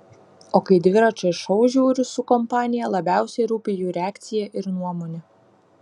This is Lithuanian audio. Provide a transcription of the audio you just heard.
o kai dviračio šou žiūriu su kompanija labiausiai rūpi jų reakcija ir nuomonė